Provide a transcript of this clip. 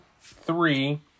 three